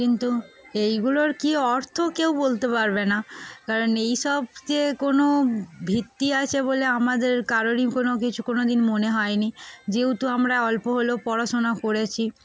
কিন্তু এইগুলোর কী অর্থ কেউ বলতে পারবে না কারণ এই সব যে কোনো ভিত্তি আছে বলে আমাদের কারোরই কোনো কিছু কোনো দিন মনে হয়নি যেহেতু আমরা অল্প হলেও পড়াশোনা করেছি